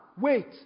wait